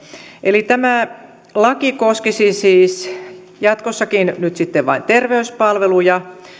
eli tämä laki koskisi siis jatkossakin nyt sitten vain terveyspalveluja